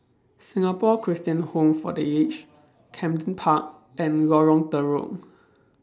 Singapore Christian Home For The Aged Camden Park and Lorong Telok